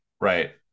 Right